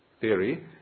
theory